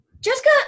Jessica